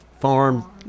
Farm